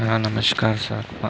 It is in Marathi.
हां नमस्कार सर